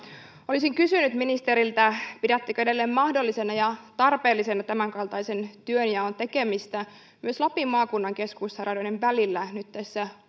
olisin kysynyt ministeriltä pidättekö edelleen mahdollisena ja tarpeellisena tämänkaltaisen työnjaon tekemistä myös lapin maakunnan keskussairaaloiden välillä nyt tässä